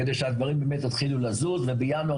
כדי שהדברים באמת יתחילו לזוז ובינואר